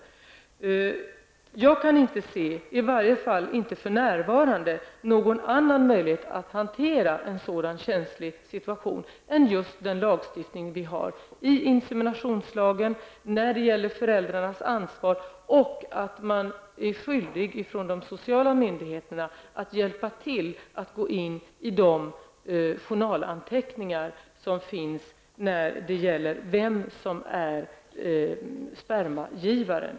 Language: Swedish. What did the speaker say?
Jag kan inte, i varje fall inte för närvarande, se någon annan möjlighet att hantera en sådan känslig situation än just genom den lagstiftning vi har i inseminationslagen, genom föräldrarnas ansvar och genom de sociala myndigheternas skyldighet att hjälpa barn att gå in i de journalanteckningar som finns för att ta reda på vem som är spermagivare.